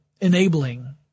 enabling